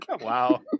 wow